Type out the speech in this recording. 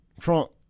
Trump